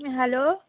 hello